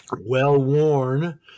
well-worn